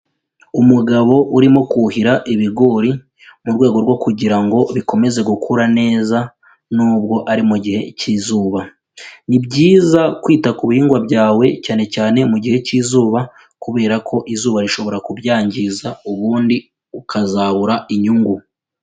Umugabo urimo kuhira ibigori mu rwego rwo kugira ngo bikomeze gukura neza n'ubwo ari mu gihe cyizuba, ni byiza kwita ku bihingwa byawe cyane cyane mu gihe cy'izuba kubera ko izuba rishobora kubyangiza ubundi ukazabura inyungu.